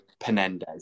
Penendez